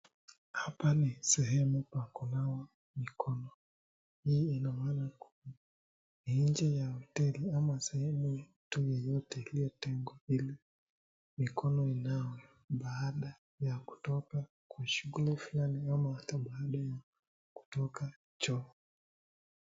Hapa ni sehemu pakunawa mikono, hii inamaana Kua Ni nje ya hoteli ama sehemu tu yoyote iliyotengwa ili mikono inawe baada ya kutoka Kwa shughuli flani au baada ya kutoka choo